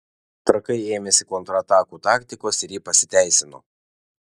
trakai ėmėsi kontratakų taktikos ir ji pasiteisino